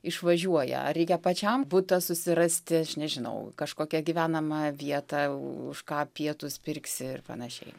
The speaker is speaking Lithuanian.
išvažiuoja ar reikia pačiam butą susirasti aš nežinau kažkokią gyvenamą vietą už ką pietūs pirksi ir panašiai